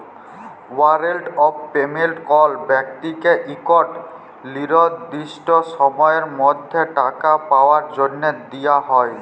warrant of payment কল ব্যক্তিকে ইকট লিরদিসট সময়ের মধ্যে টাকা পাউয়ার জ্যনহে দিয়া হ্যয়